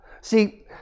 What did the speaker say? See